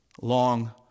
long